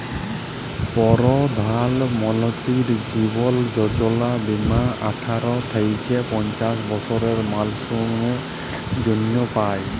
পরধাল মলতিরি জীবল যজলা বীমা আঠার থ্যাইকে পঞ্চাশ বসরের মালুসের জ্যনহে পায়